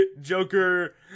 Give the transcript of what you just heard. Joker